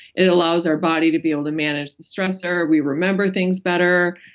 it allows our body to be able to manage the stressor, we remember things better.